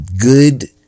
good